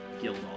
Guild